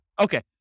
Okay